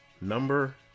number